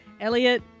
Elliot